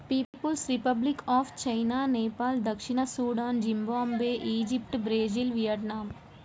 peoples republic of China, Nepal దక్షిణ Sudan, Zimbabwe, Egypt, Brazil, Vietnam